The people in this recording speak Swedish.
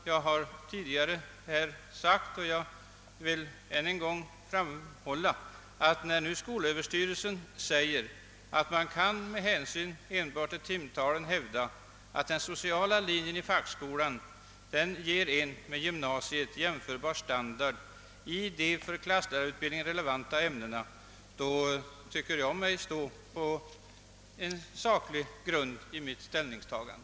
Jag har tidigare sagt — jag vill ännu en gång framhålla det — att när nu skolöverstyrelsen säger att man med hänsyn enbart till timantalet kan hävda att den sociala linjen i fackskolan ger en med gymnasiet jämförbar standard i de för klasslärarutbildningen relevanta ämnena, så tycker jag mig stå på en saklig grund vid mitt ställningstagande.